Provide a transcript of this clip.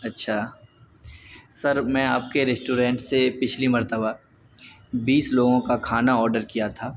اچھا سر میں آپ کے ریسٹورنٹ سے پچھلی مرتبہ بیس لوگوں کا کھانا آرڈر کیا تھا